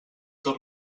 tot